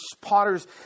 potters